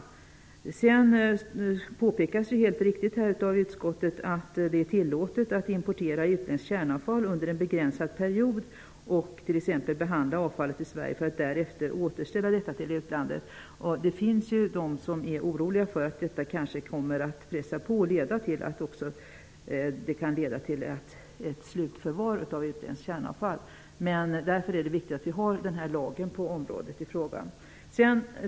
Utskottet påpekar helt riktigt att det är tillåtet att importera utländskt kärnavfall under en begränsad period och t.ex. behandla avfallet i Sverige för att därefter återställa detta till utlandet. Det finns de som är oroliga för att detta kanske kommer att pressa på och leda till ett slutförvar av utländskt kärnavfall. Därför är det viktigt att ha denna lag på området i fråga.